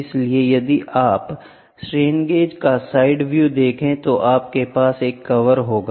इसलिए यदि आप स्ट्रेन गेज का साइड व्यू देखिए तो आपके पास एक कवर होगा